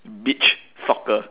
beach soccer